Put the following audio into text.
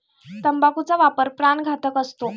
तंबाखूचा वापर प्राणघातक असतो